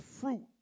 fruit